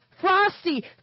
frosty